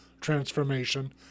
transformation